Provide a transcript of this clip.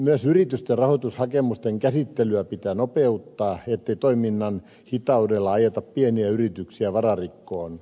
myös yritysten rahoitushakemusten käsittelyä pitää nopeuttaa ettei toiminnan hitaudella ajeta pieniä yrityksiä vararikkoon